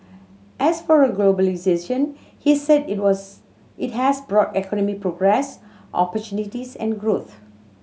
as for globalisation he said it was it has brought economic progress opportunities and growth